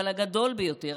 אבל הגדול ביותר,